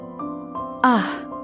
Ah